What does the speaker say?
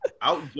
out